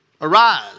Arise